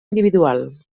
individual